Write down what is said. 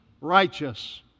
righteous